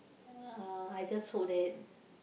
uh I just hope that